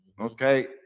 Okay